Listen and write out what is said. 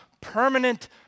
permanent